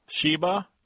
Sheba